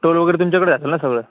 toll वगैरे तुमच्याकडे असेल ना सगळं